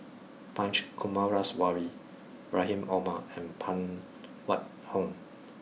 Punch Coomaraswamy Rahim Omar and Phan Wait Hong